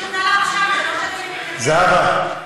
זהבה,